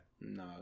No